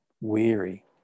weary